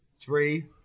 Three